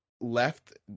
left